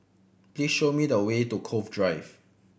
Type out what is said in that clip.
please show me the way to Cove Drive